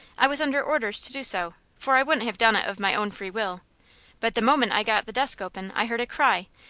i was under orders to do so, for i wouldn't have done it of my own free will but the moment i got the desk open i heard a cry,